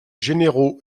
généraux